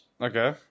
Okay